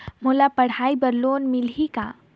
मोला पढ़ाई बर लोन मिलही का?